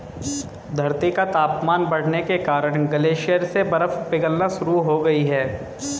धरती का तापमान बढ़ने के कारण ग्लेशियर से बर्फ पिघलना शुरू हो गयी है